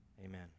amen